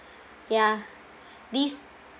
ya these